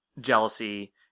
jealousy